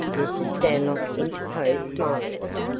mrs. stanlock interposed smilingly.